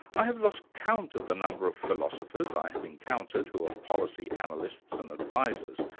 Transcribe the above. i have lost count of the number of philosophers i have encountered who are policy analysts and advisors,